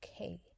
okay